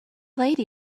lady